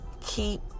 keep